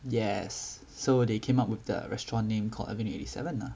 yes so they came up with the restaurant name called avenue eighty seven